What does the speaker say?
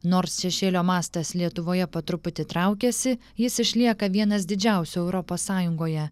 nors šešėlio mastas lietuvoje po truputį traukiasi jis išlieka vienas didžiausių europos sąjungoje